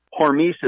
hormesis